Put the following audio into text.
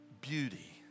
beauty